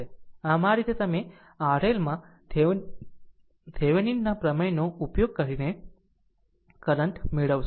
આમ આ રીતે તમે RL માં થેવેનિન ના પ્રમેયનો ઉપયોગ કરીને કરંટ મેળવશો